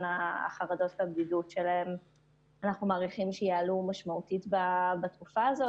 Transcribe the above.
גם החרדות והבדידות שלהם אנחנו מעריכים שיעלו משמעותית בתקופה הזאת.